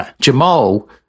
Jamal